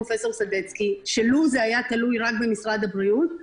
על צורך רפואי היא של משרד הבריאות.